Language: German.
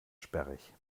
sperrig